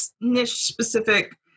niche-specific